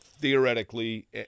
theoretically